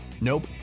Nope